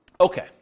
Okay